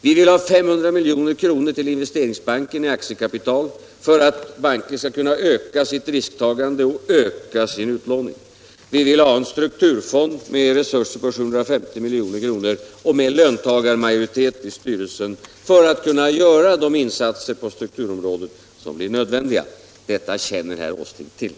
Vi vill ha 500 milj.kr. till Investeringsbanken i aktiekapital för att banken skall kunna öka sitt risktagande och sin utlåning. Vi vill ha en strukturfond med resurser på 750 milj.kr. och med löntagarmajoritet i styrelsen för att kunna göra de insatser på strukturområdet som blir nödvändiga. Detta känner herr Åsling till.